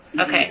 Okay